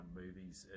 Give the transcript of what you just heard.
movies